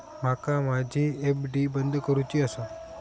माका माझी एफ.डी बंद करुची आसा